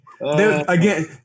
again